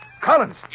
Collins